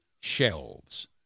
shelves